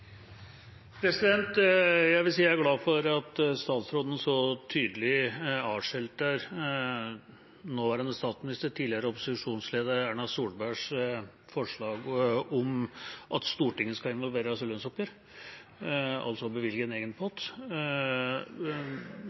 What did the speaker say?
glad for at statsråden så tydelig avskilter nåværende statsminister, tidligere opposisjonsleder, Erna Solbergs forslag om at Stortinget skal involveres i lønnsoppgjør, altså bevilge en egen pott.